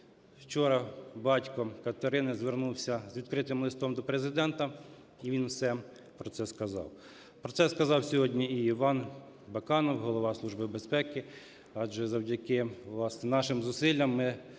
вчора батько Катерини звернувся з відкритим листом до Президента, і він все про це сказав. Про це сказав сьогодні і Іван Баканов – Голова Служби безпеки. Адже завдяки, власне, нашим зусиллям ми